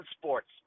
sports